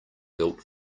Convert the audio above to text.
built